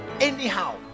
Anyhow